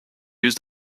used